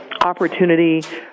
opportunity